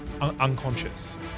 Unconscious